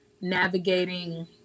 navigating